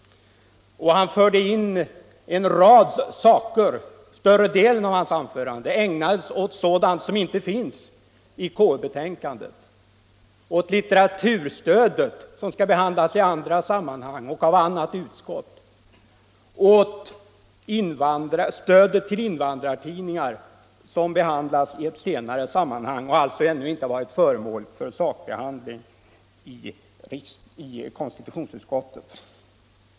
Han förde in en rad saker. Större delen av hans anförande ägnades åt sådant som inte finns i KU-betänkandet — åt litteraturstödet, som skall behandlas i annat sammanhang och av annat utskott, och åt stödet till invandrartidningar, som behandlas i ett senare sammanhang och alltså ännu inte varit föremål för sakbehandling i konstitutionsutskottet.